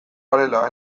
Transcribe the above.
garela